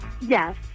Yes